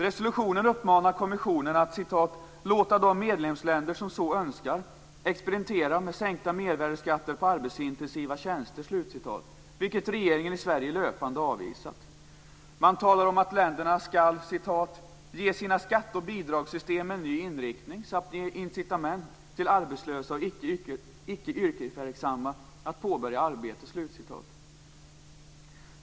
Resolutionen uppmanar kommissionen att låta de medlemsländer som så önskar experimentera med sänkta mervärdeskatter på arbetsintensiva tjänster, vilket regeringen i Sverige löpande har avvisat. Man talar om att länderna skall ge sina skatte och bidragssystem en ny inriktning samt ge incitament till arbetslösa och icke yrkesverksamma att påbörja arbete.